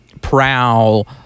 Prowl